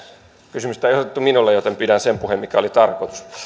kysymystä ei asetettu minulle joten pidän sen puheen mikä oli tarkoitus